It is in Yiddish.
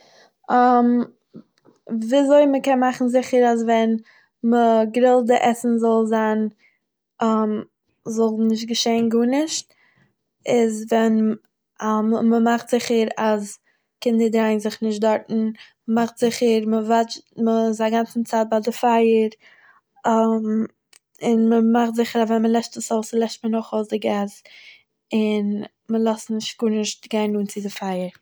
וויזוי מ'קען מאכן זיכער אז ווען מ'גרילט די עסן זאל זיין זאל נישט געשעהן גארנישט, איז ווען מ'מאכט זיכער אז קינדער דרייען זיך נישט דארטן מ'מאכט זיכער מ'וואטשט מ'איז א גאנצע צייט ביי די פייער און מ'מאכט זיכער אז ווען מ'לעשט עס אויס, לעשט מען אויך אויס די געיז, און מ'לאזט נישט גארנישט גיין נאנט צו די פייער.